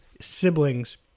siblings